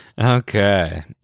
Okay